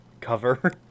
cover